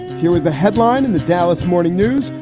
here was the headline in the dallas morning news.